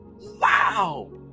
wow